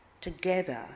together